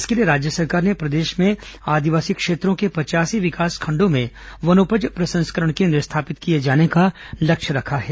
इसके लिए राज्य सरकार ने प्रदेश में आदिवासी क्षेत्रों के पचयासी विकासखण्डों में वनोपज प्रसंस्करण केन्द्र स्थापित किए जाने का लक्ष्य रखा है